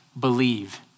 believe